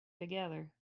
together